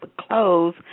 close